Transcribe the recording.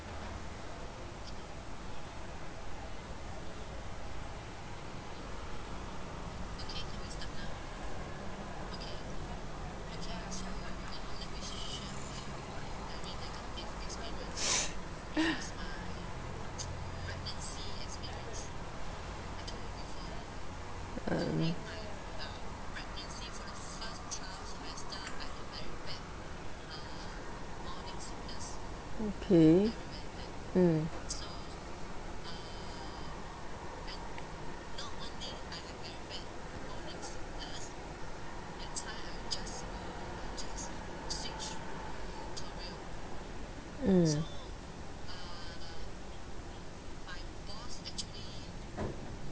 mm okay mm mm